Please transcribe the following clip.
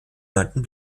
neunten